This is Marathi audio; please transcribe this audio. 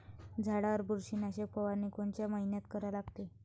झाडावर बुरशीनाशक फवारनी कोनच्या मइन्यात करा लागते?